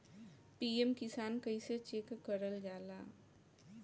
PM Kisan कइसे check करल जाला?